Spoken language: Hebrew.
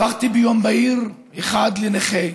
הפכתי ביום בהיר אחד לנכה.